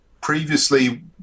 previously